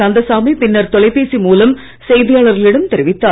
கந்தசாமி பின்னர் தொலைபேசி மூலம் செய்தியாளர்களிடம் தெரிவித்தார்